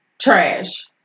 trash